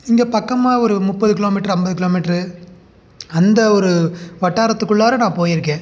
இங்கே பக்கமாக ஒரு முப்பது கிலோமீட்டரு ஐம்பது கிலோமீட்டரு அந்த ஒரு வட்டாரத்துக்குள்ளார நான் போய்ருக்கேன்